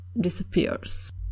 disappears